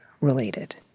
related